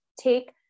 Take